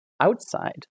outside